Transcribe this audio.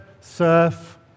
surf